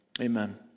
Amen